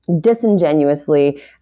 disingenuously